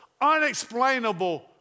unexplainable